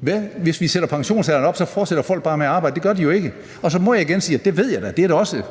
Hvad nu, hvis vi sætter pensionsalderen op? Fortsætter folk så bare med at arbejde? Det gør de jo ikke. Så må jeg igen sige, og det ved jeg da også